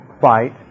fight